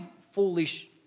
foolish